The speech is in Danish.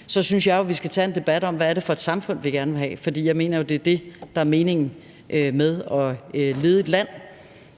– synes jeg jo, at vi skal tage en debat om, hvad det er for et samfund, vi gerne vil have. For jeg mener jo, det er det, der er meningen med at lede et land,